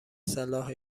صلاح